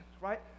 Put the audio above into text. right